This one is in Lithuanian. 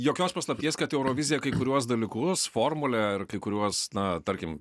jokios paslapties kad eurovizija kai kuriuos dalykus formulę ar kai kuriuos na tarkim